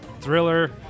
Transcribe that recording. thriller